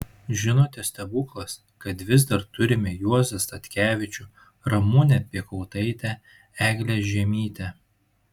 žinote stebuklas kad vis dar turime juozą statkevičių ramunę piekautaitę eglę žiemytę